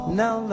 now